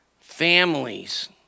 families